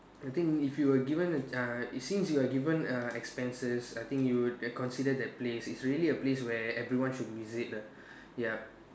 I think if you were given uh since you're given uh expenses I think you would consider that place is really a place where everyone should visit uh ya